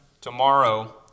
tomorrow